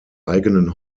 eigenen